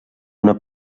una